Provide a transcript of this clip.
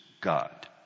God